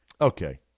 Okay